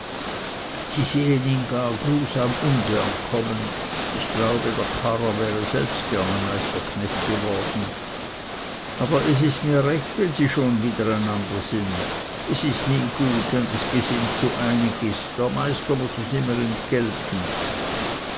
sie sehen ihn gar grusam ungern kommen ich glaube der karrer wäre selbst gerne meisterknecht geworden aber es ist mir recht wenn sie schon wider einander sind es ist nie gut wenn das gesind zu einig ist der meister muß es immer entgelten